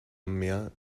mehr